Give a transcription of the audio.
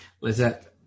Lizette